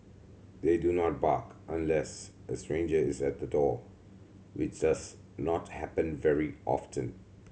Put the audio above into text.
they do not bark unless a stranger is at the door which does not happen very often